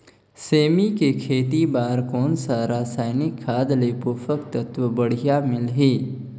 सेमी के खेती बार कोन सा रसायनिक खाद ले पोषक तत्व बढ़िया मिलही?